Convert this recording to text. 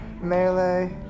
melee